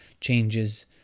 changes